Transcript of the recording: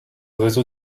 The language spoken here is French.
réseau